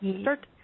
start